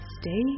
stay